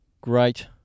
great